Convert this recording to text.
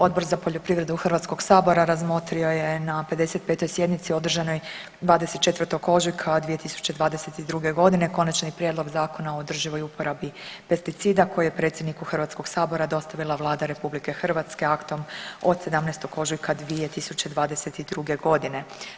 Odbor za poljoprivredu Hrvatskog sabora razmotrio je na 55. sjednici održanoj 24. ožujka 2022. godine Konačni prijedlog zakona o održivoj uporabi pesticida koji je predsjedniku Hrvatskog sabora dostavila Vlada RH aktom od 17. ožujka 2022. godine.